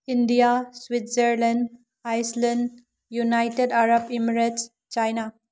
India Switzerland Iceland United Arab Emirates China